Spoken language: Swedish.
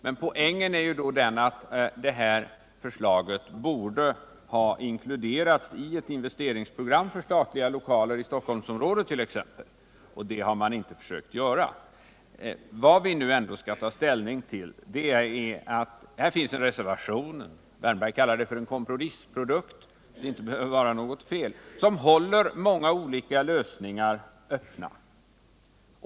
Men poängen är ju den att förslaget borde ha inkluderats i exempelvis ett investeringsprogram för statliga lokaler i Stockholmsområdet. Något sådant har man inte försökt göra. Vad vi nu skall ta ställning till är å ena sidan en reservation — Erik Wärnberg kallar den för en kompromissprodukt, och det behöver i och för sig inte vara något negativt —som håller många olika lösningar öppna.